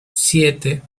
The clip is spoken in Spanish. siete